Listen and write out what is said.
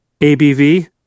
ABV